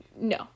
No